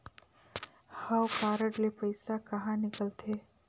हव कारड ले पइसा कहा निकलथे?